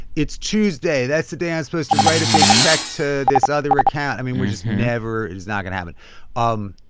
it's tuesday. that's the day i'm supposed to write a big check to this other account. i mean, we're just never it's not going to happen. um